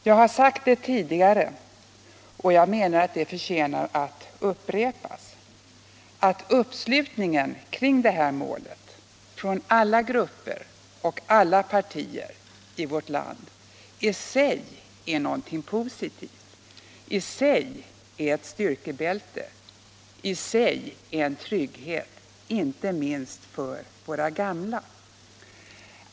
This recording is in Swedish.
Jag har sagt tidigare — och jag menar att det förtjänar att upprepas - att uppslutningen kring detta mål från alla grupper och alla partier i vårt land i sig är något positivt, i sig är ett styrkebälte, i sig är en trygghet inte minst för våra gamla.